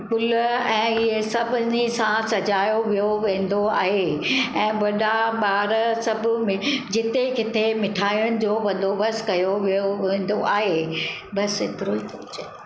गुल ऐं इहे सभिनी सां सजायो वियो वेंदो आहे ऐं वॾा ॿार सभ में जिते किते मिठायुनि जो बंदोबस्तु कयो वियो वेंदो आहे बसि एतिरो ई